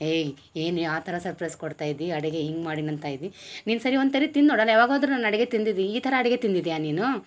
ಏಯ್ ಏನೇ ಆ ಥರ ಸರ್ಪ್ರೈಸ್ ಕೊಡ್ತಾ ಇದ್ದಿ ಅಡಿಗೆ ಹಿಂಗೆ ಮಾಡಿನಂತ ಇದ್ವಿ ನೀನು ಸರಿ ಒಂದು ತರಿ ತಿಂದು ನೋಡಲ ಯಾವಾಗಾದರು ನನ್ನ ಅಡ್ಗೆ ತಿಂದಿದಿ ಈ ಥರ ಅಡ್ಗೆ ತಿಂದಿದ್ಯಾ ನೀನು